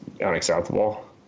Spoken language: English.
unacceptable